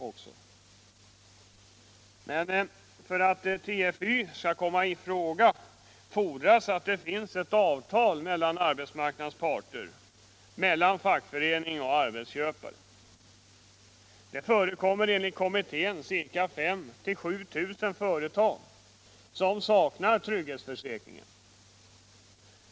Men för att TFY skall komma i fråga fordras att det finns avtal mellan arbetsmarknadens parter — mellan fackförening och arbetsköpare. Det förekommer enligt kommittén 5 000 ä 7 000 företag som saknar trygghetsförsäkringen.